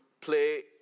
play